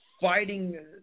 fighting